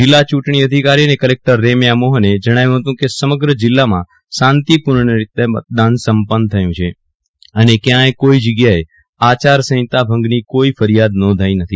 જીલ્લા ચુંટણી અધિકારી અને કલેકટર રેમ્યા મોહને જણાવ્યું હતું કે સમગ્ર જીલ્લામાં શાંતિપૂર્ણ રીતે મતદાન સંપન્ન થયું છે અને ક્યાય કોઈ જગ્યા એ આચાર સંહિતા ભંગની કોઈ ફરિયાદ નોંધાઈ નથી